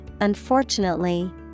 unfortunately